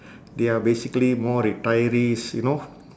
they are basically more retirees you know